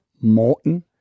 Morton